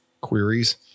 queries